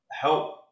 help